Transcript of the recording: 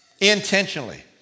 Intentionally